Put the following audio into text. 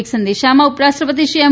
એક સંદેશામાં ઉપરાષ્ટ્રપતિ શ્રી એમ